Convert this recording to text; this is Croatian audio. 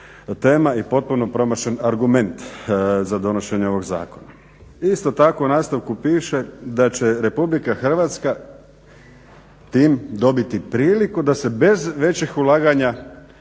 i potpuno promašen argument za donošenje ovog zakona. Isto tako u nastavku piše da će RH tim dobiti priliku da se bez većih ulaganja